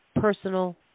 personal